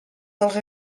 dels